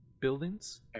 buildings